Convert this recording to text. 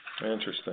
Interesting